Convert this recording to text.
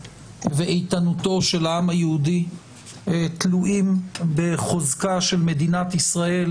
ואיתנותו של העם היהודי תלויים בחוזקה של מדינת ישראל,